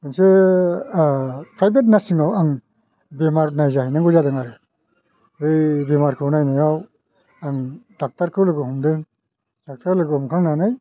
मोनसे प्राइभेट नारसिं हमाव आं बेमार नायजाहैनांगौ जादों आरो बे बेमारखौ नायनायाव आं डाक्टारखौ लोगो हमदों डक्टार लोगो हमखांनानै